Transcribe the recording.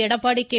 Edappadi K